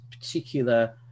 particular